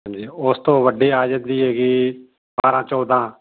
ਹਾਂਜੀ ਉਸ ਤੋਂ ਵੱਡੀ ਆ ਜਾਂਦੀ ਹੈਗੀ ਬਾਰਾਂ ਚੌਦਾਂ